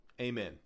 amen